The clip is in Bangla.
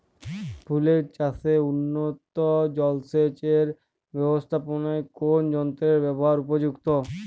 ফুলের চাষে উন্নত জলসেচ এর ব্যাবস্থাপনায় কোন যন্ত্রের ব্যবহার উপযুক্ত?